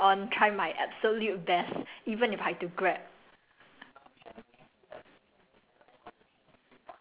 no no don't don't give me a chance to make excuse okay I I will for now on try my absolute best even if I have to grab